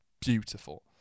beautiful